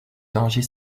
danger